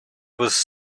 was